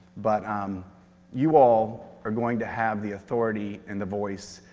but um you all are going to have the authority, and the voice,